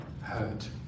hurt